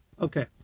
Okay